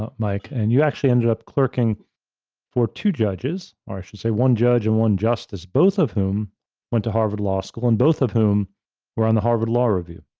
mike and you actually ended up clerking for two judges or i should say, one judge and one justice, both of whom went to harvard law school, and both of whom were on the harvard law review.